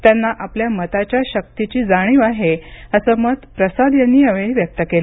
त्यांना आपल्या मताच्या शक्तीची जाणीव आहे असं मत प्रसाद यांनी व्यक्त केलं